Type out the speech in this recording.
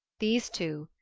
these two,